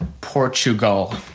Portugal